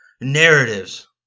narratives